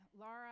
Laura